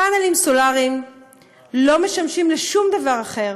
פנלים סולריים לא משמשים לשום דבר אחר,